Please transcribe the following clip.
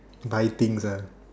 buy things